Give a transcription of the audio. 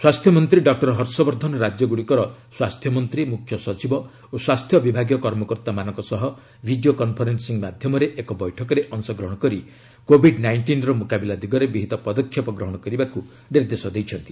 ସ୍ୱାସ୍ଥ୍ୟ ମନ୍ତ୍ରୀ ଡକ୍ଟର ହର୍ଷବର୍ଦ୍ଧନ ରାକ୍ୟଗୁଡ଼ିକର ସ୍ୱାସ୍ଥ୍ୟମନ୍ତ୍ରୀ ମୁଖ୍ୟ ସଚିବ ଓ ସ୍ୱାସ୍ଥ୍ୟ ବିଭାଗୀୟ କର୍ମକର୍ତ୍ତାମାନଙ୍କ ସହ ଭିଡ଼ିଓ କନଫରେନ୍ସିଂ ମାଧ୍ୟମରେ ଏକ ବୈଠକରେ ଅଂଶଗ୍ରହଣ କରି କୋଭିଡ୍ ନାଇଷ୍ଟିନ୍ର ମୁକାବିଲା ଦିଗରେ ବିହିତ ପଦକ୍ଷେପ ଗ୍ରହଣ କରିବାକୁ ନିର୍ଦ୍ଦେଶ ଦେଇଛନ୍ତି